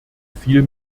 viel